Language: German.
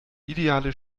ideale